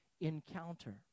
encounter